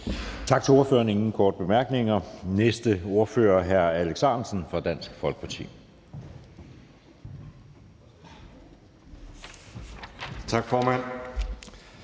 Tak til ordføreren. Der er ingen korte bemærkninger. Næste ordfører er hr. Alex Ahrendtsen fra Dansk Folkeparti. Kl.